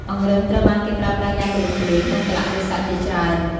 អង្រឹងត្រូវបានគេប្រើប្រាស់យ៉ាងទូលំទូលាយក្នុងកាលៈទេសៈជាច្រើន។